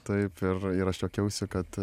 taip ir ir aš juokiausi kad